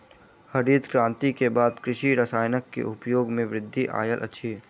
हरित क्रांति के बाद कृषि रसायन के उपयोग मे वृद्धि आयल अछि